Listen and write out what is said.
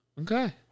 Okay